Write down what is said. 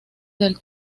del